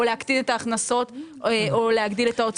להקטין את ההכנסות או להגדיל את ההוצאות.